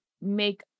make